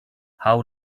how